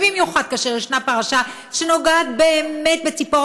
ובמיוחד כאשר יש פרשה שנוגעת באמת בציפור